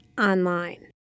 online